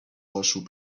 آشوب